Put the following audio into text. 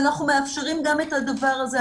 אנחנו מאפשרים גם את הדבר הזה,